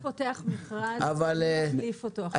אסף פותח מכרז מי יחליף אותו אחר כך.